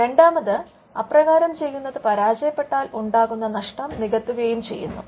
രണ്ടാമത് അപ്രകാരം ചെയ്യുന്നത് പരാജയപ്പെട്ടാൽ ഉണ്ടാകുന്ന നഷ്ടം നികത്തുകയും ചെയ്യുന്നു